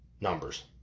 numbers